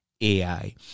AI